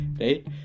right